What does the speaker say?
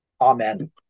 amen